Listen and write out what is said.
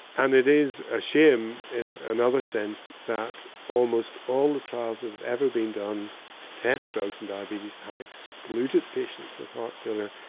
and it is a shame in another sense that almost all the trials that have ever been done to test drugs in diabetes have excluded patients with heart failure.